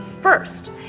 First